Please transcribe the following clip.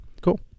cool